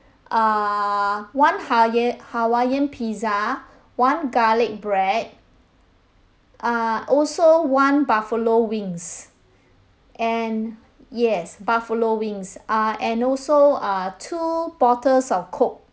err one hawaiian pizza one garlic bread err also one buffalo wings and yes buffalo wings err and also err two bottles of coke